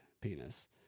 penis